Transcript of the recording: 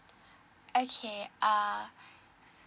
okay uh